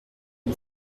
une